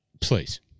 Please